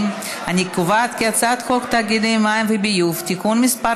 את הצעת חוק תאגידי מים וביוב (תיקון מס'